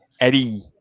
Eddie